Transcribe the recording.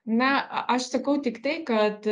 ne aš sakau tiktai kad